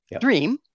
dream